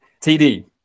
TD